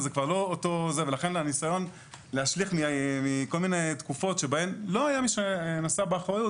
ולכן הניסיון להשליך מכל מיני תקופות שבהן לא היה מי שנשא באחריות,